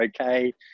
okay